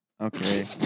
Okay